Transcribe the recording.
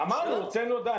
אמרתי: הוצאנו הודעה.